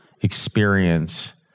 experience